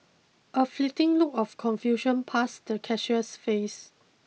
a fleeting look of confusion passed the cashier's face